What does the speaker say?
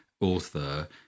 author